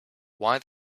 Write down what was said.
why